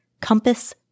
compass